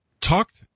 talked